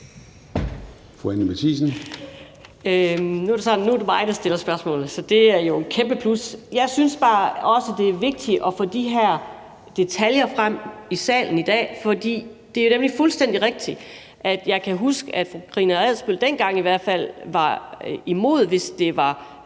at det er mig, der stiller spørgsmålene, så det er jo et kæmpe plus. Jeg synes bare, at det også er vigtigt at få de her detaljer frem i salen i dag, for det er nemlig fuldstændig rigtigt, at jeg kan huske, at fru Karina Adsbøl, i hvert fald